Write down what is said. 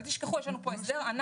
אל תשכחו, יש לנו פה הסדר ענק.